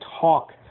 talk